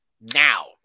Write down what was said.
now